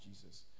Jesus